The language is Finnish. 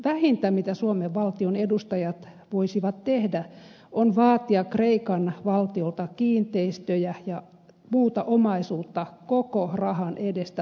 vähintä mitä suomen valtion edustajat voisivat tehdä on vaatia kreikan valtiolta kiinteistöjä ja muuta omaisuutta koko rahan edestä pantiksi